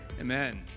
Amen